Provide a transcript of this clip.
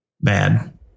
bad